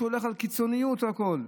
שהולך על קיצוניות והכול.